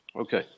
Okay